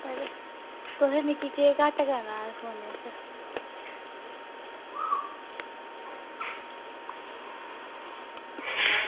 तुसें मिगी केह् घट्ट करना इस फोनै च